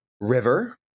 River